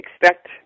expect